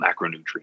macronutrients